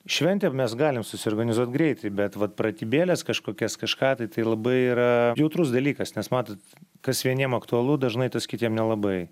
šventę mes galim susiorganizuot greitai bet vat pratybėles kažkokias kažką tai tai labai yra jautrus dalykas nes matot kas vieniem aktualu dažnai tas kitiem nelabai